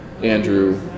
Andrew